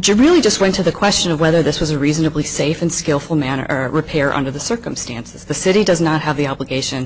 job really just went to the question of whether this was a reasonably safe and skillful manner or repair under the circumstances the city does not have the obligation